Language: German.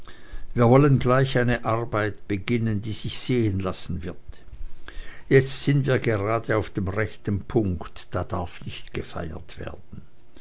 wir wollen sogleich eine arbeit beginnen die sich sehen lassen wird letzt sind wir gerade auf dem rechten punkt da darf nicht gefeiert werden